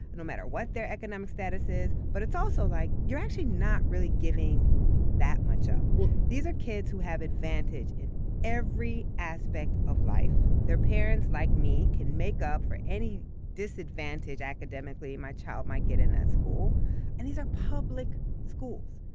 no matter what their economic status is, but it's also like, you're actually not really giving that much up. these are kids who have advantage in every aspect of life. their parents, like me, can make up for any disadvantage academically, my child might get in that school and these are public schools.